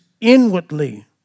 inwardly